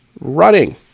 running